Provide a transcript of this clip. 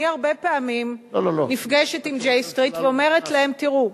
אני הרבה פעמים נפגשת עם J Street ואומרת להם: תראו,